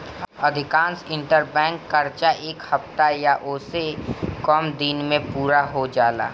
अधिकांश इंटरबैंक कर्जा एक हफ्ता या ओसे से कम दिन में पूरा हो जाला